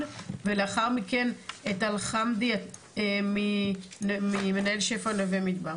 ולאחר מכן את אלחמדי מנהל שפ"ע נווה מדבר.